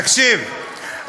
תקשיב,